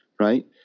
Right